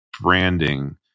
branding